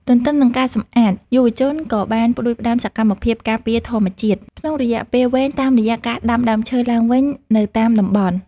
ទន្ទឹមនឹងការសម្អាត យុវជនក៏បានផ្ដួចផ្ដើមសកម្មភាពការពារធម្មជាតិក្នុងរយៈពេលវែង តាមរយៈការដាំដើមឈើឡើងវិញនៅតាមតំបន់។